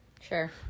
Sure